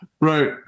Right